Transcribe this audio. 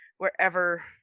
wherever